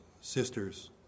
sisters